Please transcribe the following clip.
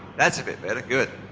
that's a bit better. good.